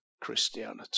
Christianity